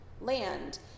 land